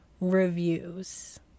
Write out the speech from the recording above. reviews